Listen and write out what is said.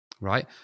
right